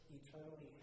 eternally